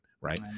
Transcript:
right